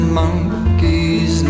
monkeys